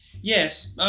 Yes